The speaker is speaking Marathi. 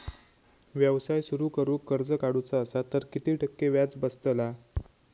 व्यवसाय सुरु करूक कर्ज काढूचा असा तर किती टक्के व्याज बसतला?